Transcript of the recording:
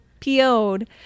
PO'd